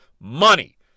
money